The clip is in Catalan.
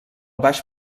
baix